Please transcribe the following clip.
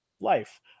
life